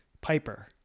Piper